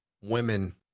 women